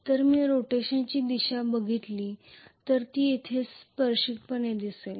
तर मी रोटेशनची दिशा बघितली तर ती येथे स्पर्शिकपणे दिसेल